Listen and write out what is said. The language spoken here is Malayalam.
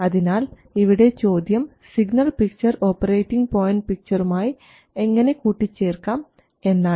അതിനാൽ ഇവിടെ ചോദ്യം സിഗ്നൽ പിക്ചർ ഓപ്പറേറ്റിങ് പോയിൻറ് പിക്ചറുമായി എങ്ങനെ കൂട്ടിച്ചേർക്കാം എന്നാണ്